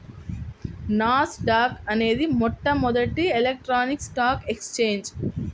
నాస్ dock అనేది మొట్టమొదటి electronic stock exchange